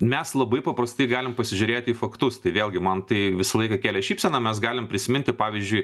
mes labai paprasti galim pasižiūrėti į faktus tai vėlgi man tai visą laiką kėlė šypseną mes galim prisiminti pavyzdžiui